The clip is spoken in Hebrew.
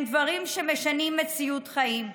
הם דברים שמשנים מציאות חיים.